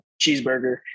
cheeseburger